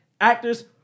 Actors